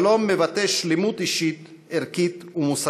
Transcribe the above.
שלום מבטא שלמות אישית, ערכית ומוסרית,